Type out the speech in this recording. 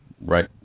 right